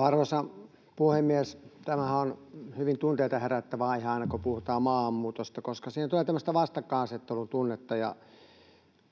Arvoisa puhemies! Tämähän on hyvin tunteita herättävä aihe aina, kun puhutaan maahanmuutosta, koska siinä tulee tämmöistä vastakkainasettelun tunnetta.